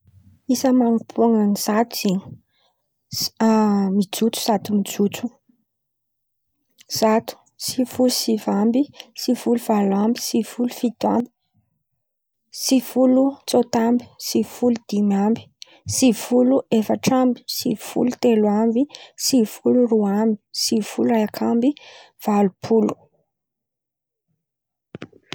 Isa man̈ampon̈o amin̈'ny zato zen̈y sady mijotso mijotso: zato sivy folo sy sivy amby, sivy folo valo amby, sivy folo fito amby, sivy folo tsôta amby sivy folo dimy amby, sivy folo efatra amby, sivy folo telo amby, sivy folo roa amby, sivy folo araiky amby, valo polo.